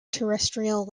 terrestrial